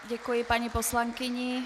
Děkuji paní poslankyni.